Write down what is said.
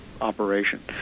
operation